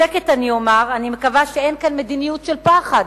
בשקט אני אומר: אני מקווה שאין כאן מדיניות של פחד,